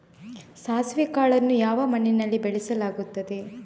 ಸಾಸಿವೆ ಕಾಳನ್ನು ಯಾವ ಮಣ್ಣಿನಲ್ಲಿ ಬೆಳೆಸಲಾಗುತ್ತದೆ?